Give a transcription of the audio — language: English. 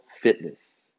fitness